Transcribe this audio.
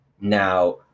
Now